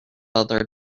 other